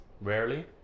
rarely